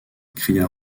cria